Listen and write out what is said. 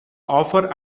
offer